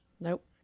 Nope